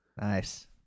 Nice